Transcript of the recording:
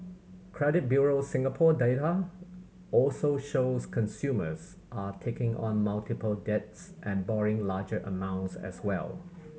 Credit Bureau Singapore data also shows consumers are taking on multiple debts and borrowing larger amounts as well